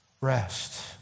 rest